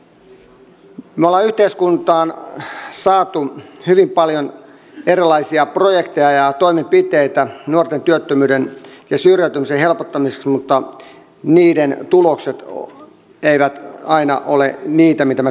me olemme yhteiskuntaan saaneet hyvin paljon erilaisia projekteja ja toimenpiteitä nuorten työttömyyden ja syrjäytymisen helpottamiseksi mutta niiden tulokset eivät aina ole niitä mitä me toivomme